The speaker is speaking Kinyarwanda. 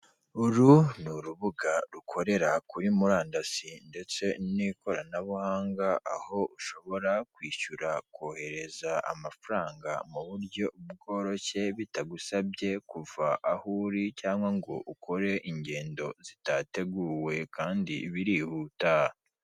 Perezida HABYARIMANA Juvenal wayoboye u Rwanda, amaze gutera kudeta KAYIBANDA Gregoire mu mwaka ibihumbi magana cyenda na mirongo irindwi na kabiri kugeza umwaka w'igihumbi kimwe magana cyenda mirongo cyenda na kane, aho yarasiwe mu ndege yari avuye gusinya amasezerano y'arusha. Perezida Juvenal yambaye ikoti ryiza ndetse akaba yambaye n'ishati nziza.